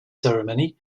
ceremony